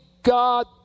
God